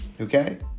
Okay